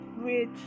rich